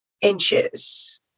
inches